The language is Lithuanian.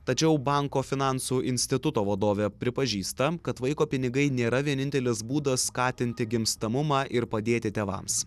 tačiau banko finansų instituto vadovė pripažįsta kad vaiko pinigai nėra vienintelis būdas skatinti gimstamumą ir padėti tėvams